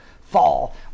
fall